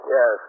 Yes